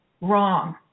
wrong